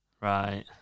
Right